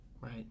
right